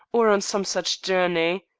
or on some such journey.